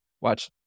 watch